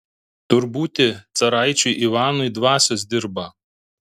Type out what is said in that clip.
tur būti caraičiui ivanui dvasios dirba